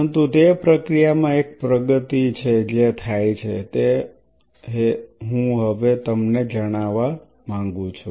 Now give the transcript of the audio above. પરંતુ તે પ્રક્રિયામાં એક પ્રગતિ છે જે થાય છે તે હું હવે તમને જાણવા માંગુ છુ